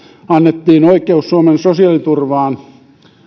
annettiin oikeus suomen sosiaaliturvaan